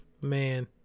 Man